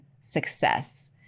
success